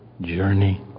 journey